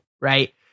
Right